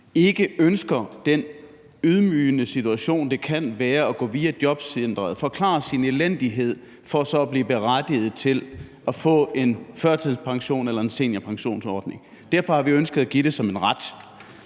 ikke ønsker den ydmygende situation, det kan være, at gå via jobcenteret og forklare sin elendighed for så at blive berettiget til at få en førtidspension eller komme på en seniorpensionsordning. Derfor har vi ønsket at give det som en ret.